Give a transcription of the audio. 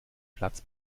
platz